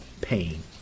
pain